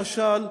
למשל,